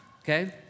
okay